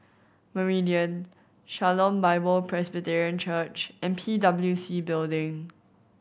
Meridian Shalom Bible Presbyterian Church and P W C Building